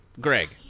Greg